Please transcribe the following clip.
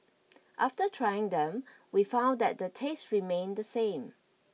after trying them we found that the taste remained the same